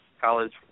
college